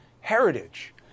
heritage